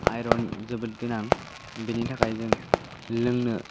iron जोबोद गोनां बेनि थाखाय जों लोंनो